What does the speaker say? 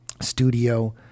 studio